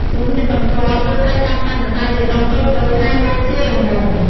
ជំហានបន្ទាប់ យើងត្រូវកាត់សាច់ម្សៅជាដុំតូចៗ ហើយមូលជារង្វង់។